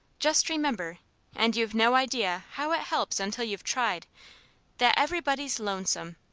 just remember and you've no idea how it helps until you've tried that everybody's lonesome.